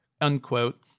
unquote